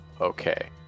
Okay